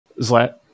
zlat